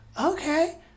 Okay